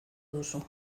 duzu